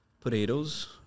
potatoes